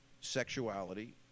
sexuality